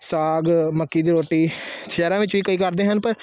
ਸਾਗ ਮੱਕੀ ਦੀ ਰੋਟੀ ਸ਼ਹਿਰਾਂ ਵਿੱਚ ਵੀ ਕਈ ਕਰਦੇ ਹਨ ਪਰ